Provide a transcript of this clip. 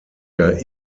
der